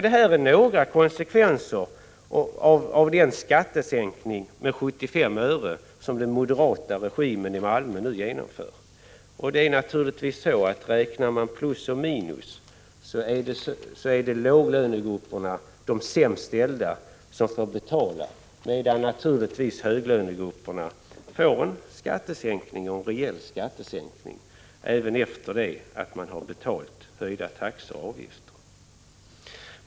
Det här är några konsekvenser av den skattesänkning med 75 öre som den moderata regimen i Malmö nu genomför. Räknar man plus och minus, är det låglönegrupperna, de sämst ställda, som får betala, medan naturligtvis höglönegrupperna får en rejäl skattesänkning även efter det att man har betalt höjda taxor och avgifter.